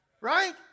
Right